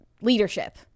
Leadership